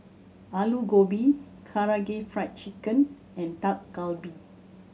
Alu Gobi Karaage Fried Chicken and Dak Galbi